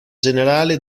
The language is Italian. generale